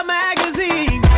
magazine